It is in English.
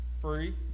Free